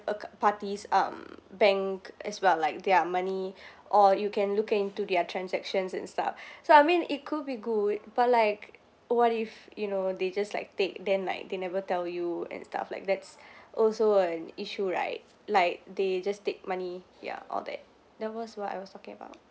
ac~ party's um bank as well like their money or you can look into their transactions and stuff so I mean it could be good but like what if you know they just like take then like they never tell you and stuff like that's also an issue right like they just take money yeah all that that was what I was talking about